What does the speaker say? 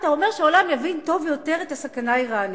אתה אומר שהעולם יבין טוב יותר את הסכנה האירנית.